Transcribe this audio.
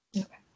Okay